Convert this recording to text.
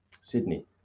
Sydney